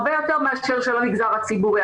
הרבה יותר מאשר של המגזר הציבורי.